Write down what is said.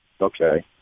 Okay